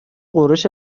غرش